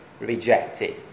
rejected